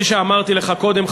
כפי שאמרתי לך קודם,